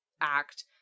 act